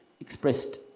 expressed